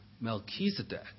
Melchizedek